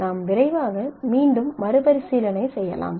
நாம் விரைவாக மீண்டும் மறுபரிசீலனை செய்யலாம்